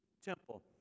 temple